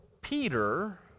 Peter